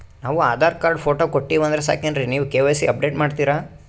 ನಾವು Aadhaar card, photo ಕೊಟ್ಟೀವಂದ್ರ ಸಾಕೇನ್ರಿ ನೀವ ಕೆ.ವೈ.ಸಿ ಅಪಡೇಟ ಮಾಡ್ತೀರಿ?